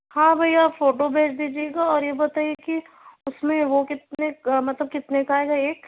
ہاں بھیا فوٹو بھیج دیجیے گا اور یہ بتائیے کہ اُس میں وہ کتنے مطلب کتنے کا آئے گا ایک